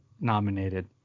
nominated